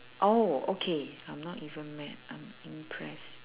oh okay I'm not even mad I'm impressed